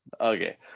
Okay